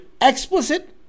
explicit